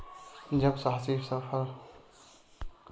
जब साहसी सफल नवकरणों की नकल भी बहुत सावधानी से करता है सावधान उद्यमी है